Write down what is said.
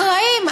אחראים.